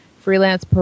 Freelance